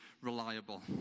reliable